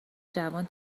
جوان